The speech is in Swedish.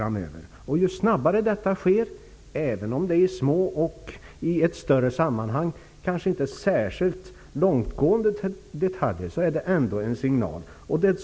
Även om det är fråga om små och i ett större sammanhang kanske inte särskilt långtgående detaljer, är det ändå en signal.